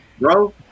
bro